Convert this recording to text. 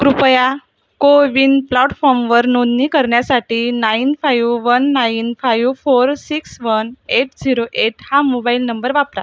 कृपया कोविन प्लॉटफॉर्मवर नोंदणी करण्यासाटी nine five one nine five four six one eight zero eight हा मोबाईल नंबर वापरा